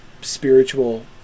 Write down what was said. spiritual